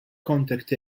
contact